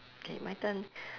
okay my turn